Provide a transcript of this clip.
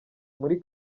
muri